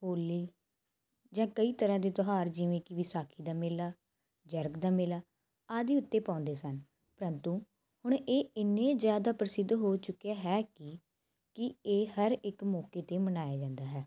ਹੋਲੀ ਜਾਂ ਕਈ ਤਰ੍ਹਾਂ ਦੇ ਤਿਉਹਾਰ ਜਿਵੇਂ ਕਿ ਵਿਸਾਖੀ ਦਾ ਮੇਲਾ ਜਰਗ ਦਾ ਮੇਲਾ ਆਦੀ ਉੱਤੇ ਪਾਉਂਦੇ ਸਨ ਪਰੰਤੂ ਹੁਣ ਇਹ ਇੰਨੇ ਜ਼ਿਆਦਾ ਪ੍ਰਸਿੱਧ ਹੋ ਚੁੱਕਿਆ ਹੈ ਕਿ ਕਿ ਇਹ ਹਰ ਇੱਕ ਮੌਕੇ 'ਤੇ ਮਨਾਇਆ ਜਾਂਦਾ ਹੈ